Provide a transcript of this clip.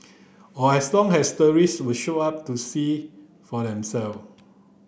or as long as the show up to see for themself